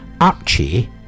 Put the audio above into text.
archie